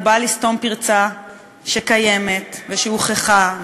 הוא בא לסתום פרצה שקיימת ושהוכחה,